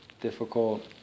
difficult